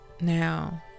Now